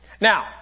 Now